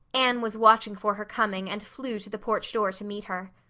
anne was watching for her coming and flew to the porch door to meet her.